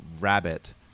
rabbit